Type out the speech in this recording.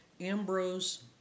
Ambrose